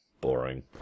Boring